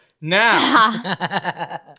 Now